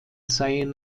seien